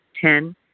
Ten